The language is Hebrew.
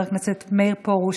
חבר הכנסת מאיר פרוש,